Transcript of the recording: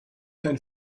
ein